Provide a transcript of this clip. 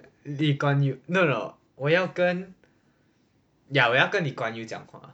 lee kuan yew no no 我要跟 ya 我要跟 lee kuan yew 讲话